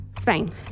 Spain